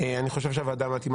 אני חושב שהוועדה המתאימה,